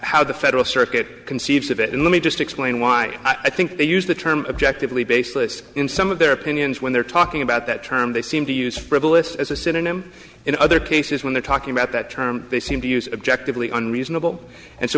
how the federal circuit conceived of it and let me just explain why i think they use the term objectively baseless in some of their opinions when they're talking about that term they seem to use frivolous as a synonym in other cases when they're talking about that term they seem to use objectively unreasonable and so